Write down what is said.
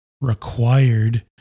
required